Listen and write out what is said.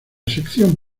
sección